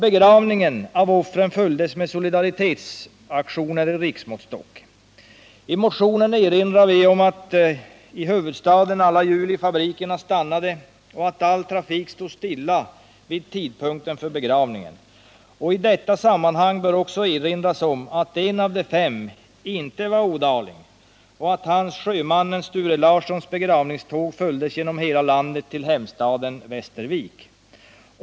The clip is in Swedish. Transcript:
Begravningen av offren följdes med solidaritetsaktioner som måste mätas med riksmåttstock. I motionen understryker vi att i huvudstaden alla hjul i fabrikerna stannade och all trafik stod stilla vid tidpunkten för begravningen. I detta sammanhang bör också erinras om att en av de fem inte var ådaling — sjömannen Sture Larsson — och att hans begravningståg följdes genom hela landet till hemstaden Västervik.